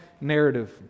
narrative